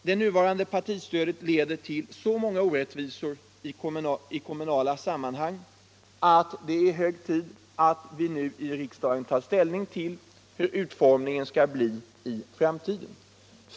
Det nuvarande partistödet leder till så många orättvisor i kommunala sammanhang att det är hög tid att riksdagen nu tar ställning till hur utformningen skall bli i framtiden.